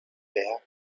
berg